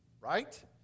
Right